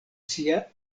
sia